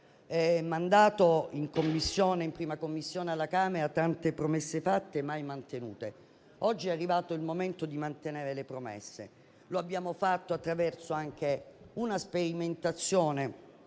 mandato, in 1a Commissione alla Camera parlare di tante promesse fatte e mai mantenute. Oggi è arrivato il momento di mantenere le promesse. Lo abbiamo fatto attraverso anche una sperimentazione